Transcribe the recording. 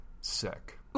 sick